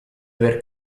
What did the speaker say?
aver